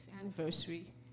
anniversary